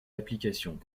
applications